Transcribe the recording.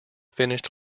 finished